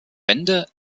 wände